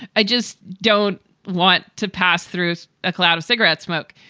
i just don't want to pass through a cloud of cigarette smoke.